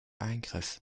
eingriff